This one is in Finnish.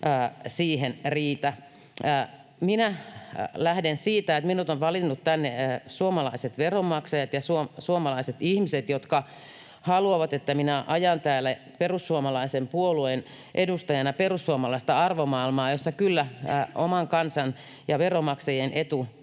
siihen riitä. Minä lähden siitä, että minut ovat valinneet tänne suomalaiset veronmaksajat ja suomalaiset ihmiset, jotka haluavat, että minä ajan täällä perussuomalaisen puolueen edustajana perussuomalaista arvomaailmaa, jossa kyllä oman kansan ja veronmaksajien etu